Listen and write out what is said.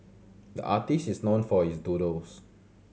the artist is known for his doodles